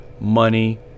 money